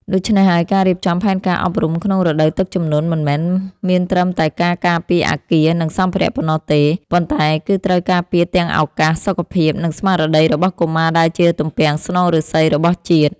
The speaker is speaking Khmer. ដូច្នេះហើយ ការរៀបចំផែនការអប់រំក្នុងរដូវទឹកជំនន់ មិនមែនមានត្រឹមតែការការពារអគារ និងសម្ភារៈប៉ុណ្ណោះទេ ប៉ុន្តែគឺត្រូវការពារទាំងឱកាស សុខភាព និងស្មារតីរបស់កុមារដែលជាទំពាំងស្នងឫស្សីរបស់ជាតិ។